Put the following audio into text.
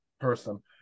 person